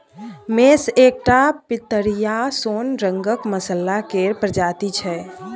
मेस एकटा पितरिया सोन रंगक मसल्ला केर प्रजाति छै